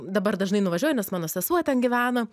dabar dažnai nuvažiuoju nes mano sesuo ten gyvena